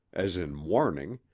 as in warning,